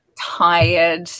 tired